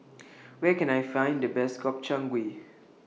Where Can I Find The Best Gobchang Gui